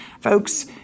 folks